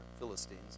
Philistines